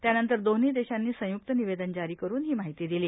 त्यानंतर दोन्ही देशांनी संयक्त निवेदन जारी करून ही माहिती दिली